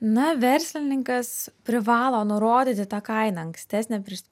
na verslininkas privalo nurodyti tą kainą ankstesnę prieš